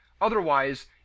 Otherwise